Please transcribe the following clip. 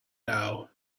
now